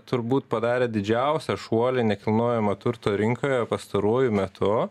turbūt padarė didžiausią šuolį nekilnojamo turto rinkoje pastaruoju metu